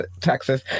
Texas